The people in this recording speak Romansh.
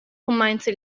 cumainza